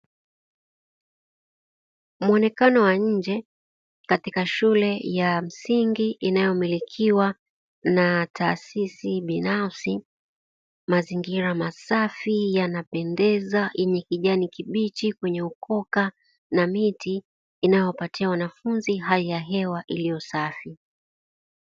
Mwonekano wa nje katika shule ya msingi inayomilikiwa na taasisi binafsi, mazingira masafi yanapendeza yenye kijani kibichi kwenye ukoka na miti inayowapatia wanafunzi hali ya hewa iliyosafi.